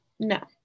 No